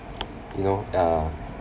you know the